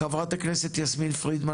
חברת הכנסת יסמין פרידמן